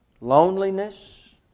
loneliness